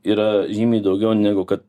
yra žymiai daugiau negu kad